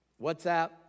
WhatsApp